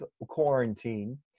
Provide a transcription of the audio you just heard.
quarantine